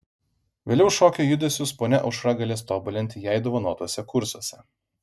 vėliau šokio judesius ponia aušra galės tobulinti jai dovanotuose kursuose